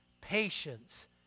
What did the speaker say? patience